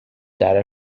data